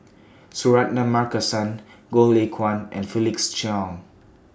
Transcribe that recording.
Suratman Markasan Goh Lay Kuan and Felix Cheong